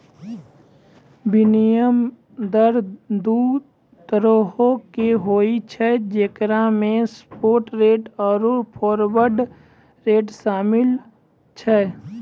विनिमय दर दु तरहो के होय छै जेकरा मे स्पाट रेट आरु फारवर्ड रेट शामिल छै